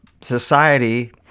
society